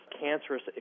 cancerous